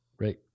Right